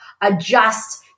adjust